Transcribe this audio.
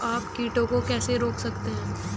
आप कीटों को कैसे रोक सकते हैं?